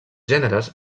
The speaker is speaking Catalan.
gèneres